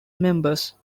members